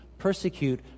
persecute